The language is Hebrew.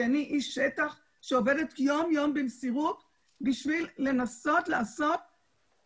אני איש שטח שעובדת יום-יום במסירות בשביל לנסות לעזור